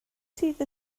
sydd